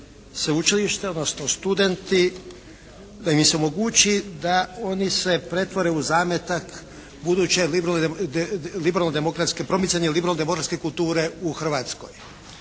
sveučilišta, odnosno studenti da im se omogući da oni se pretvore u zametak buduće liberalne demokratske, promicanje liberalno demokratske kulture u Hrvatskoj.